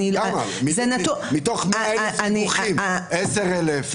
מתוך 100,000 דיווחים, האם 10,000?